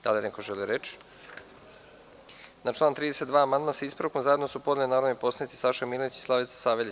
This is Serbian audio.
Da li neko želi reč? (Ne.) Na član 32. amandman sa ispravkom zajedno su podneli narodni poslanici Saša Milenić i Slavica Saveljić.